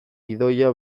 gidoia